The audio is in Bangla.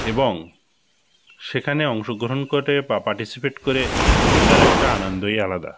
এবং সেখানে অংশগ্রহণ কোরে বা পার্টিসিপেট করে তার একটা আনন্দই আলাদা